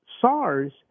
SARS